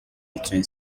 between